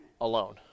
alone